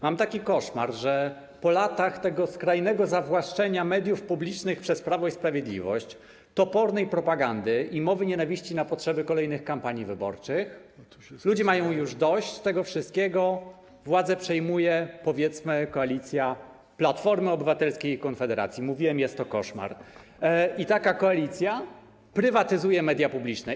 Mam taki koszmar, że po latach skrajnego zawłaszczenia mediów publicznych przez Prawo i Sprawiedliwość, topornej propagandy i mowy nienawiści na potrzeby kolejnych kampanii wyborczych ludzie mają już dość tego wszystkiego, władzę przejmuje, powiedzmy, koalicja Platformy Obywatelskiej i Konfederacji - mówiłem: jest to koszmar - i taka koalicja prywatyzuje media publiczne.